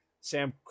Sam